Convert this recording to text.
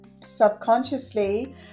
subconsciously